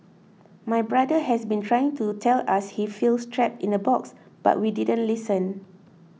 my brother has been trying to tell us he feels trapped in a box but we didn't listen